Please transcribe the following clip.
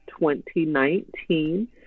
2019